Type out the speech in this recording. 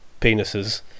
penises